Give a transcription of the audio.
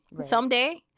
someday